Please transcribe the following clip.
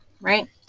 Right